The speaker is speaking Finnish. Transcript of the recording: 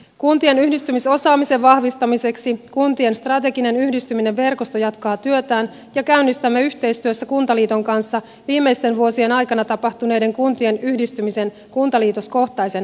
kuntien yhdistymisosaamisen vahvistamiseksi kuntien strateginen yhdistyminen verkosto jatkaa työtään ja käynnistämme yhteistyössä kuntaliiton kanssa viimeisten vuosien aikana tapahtuneiden kuntien yhdistymisten kuntaliitoskohtaisen arvioinnin